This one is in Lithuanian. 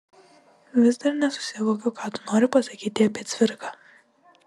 vis dar nesusivokiu ką tu nori pasakyti apie cvirką